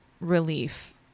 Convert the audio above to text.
relief